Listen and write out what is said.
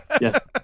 Yes